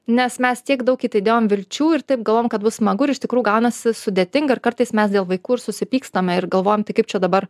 nes mes tiek daug į tai dėjom vilčių ir taip galvojom kad bus smagu ir iš tikrųjų gaunasi sudėtinga ir kartais mes dėl vaikų ir susipykstame ir galvojam tai kaip čia dabar